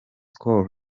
call